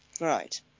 Right